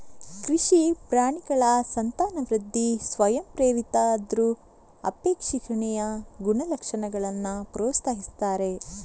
ಕೃಷಿ ಪ್ರಾಣಿಗಳ ಸಂತಾನವೃದ್ಧಿ ಸ್ವಯಂಪ್ರೇರಿತ ಆದ್ರೂ ಅಪೇಕ್ಷಣೀಯ ಗುಣಲಕ್ಷಣಗಳನ್ನ ಪ್ರೋತ್ಸಾಹಿಸ್ತಾರೆ